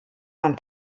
man